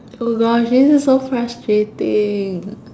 !oh-gosh! this is so frustrating